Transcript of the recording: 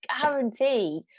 guarantee